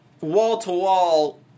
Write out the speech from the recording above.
wall-to-wall